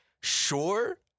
Sure